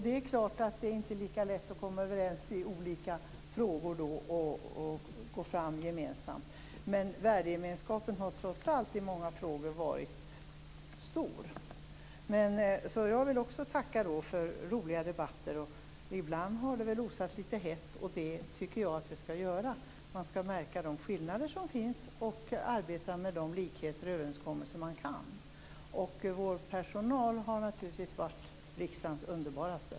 Det är klart att det inte är så lätt att komma överens i olika frågor och gå fram gemensamt då. Värdegemenskapen har trots allt i många frågor varit stor. Jag vill också tacka för roliga debatter. Ibland har det väl osat litet hett, och det tycker jag att det skall göra. Man skall märka de skillnader som finns, och arbeta med de likheter och överenskommelser man kan. Vår personal har naturligtvis varit riksdagens underbaraste.